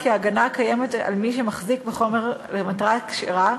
כי ההגנה הקיימת על מי שמחזיק בחומר למטרה כשרה